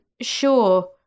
sure